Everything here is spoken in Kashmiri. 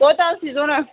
کوتاہ حظ چھی ضوٚرَتھ